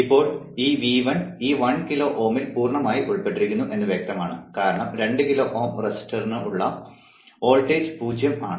ഇപ്പോൾ ഈ V1 ഈ 1 കിലോ Ω ൽ പൂർണ്ണമായി ഉൾപ്പെട്ടിരിക്കുന്നു എന്ന് വ്യക്തമാണ് കാരണം 2 കിലോ Ω റെസിസ്റ്ററിന് കുറുകെയുള്ള വോൾട്ടേജ് 0 ആണ്